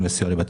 מי נגד?